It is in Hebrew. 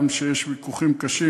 וגם כשיש ויכוחים קשים,